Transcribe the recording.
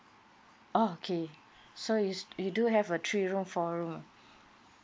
okay so is you do have a three room four room